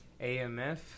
AMF